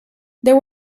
there